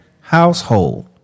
household